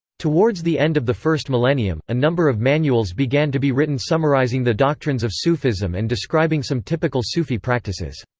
towards the end of the first millennium, a number of manuals began to be written summarizing the doctrines of sufism and describing some typical sufi practices.